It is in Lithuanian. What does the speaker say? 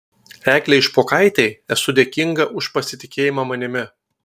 eglei špokaitei esu dėkinga už pasitikėjimą manimi